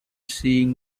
seeing